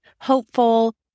hopeful